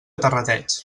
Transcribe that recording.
terrateig